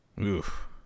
Oof